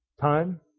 Time